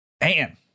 man